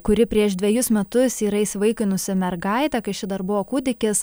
kuri prieš dvejus metus yra įsivaikinusi mergaitę kai ši dar buvo kūdikis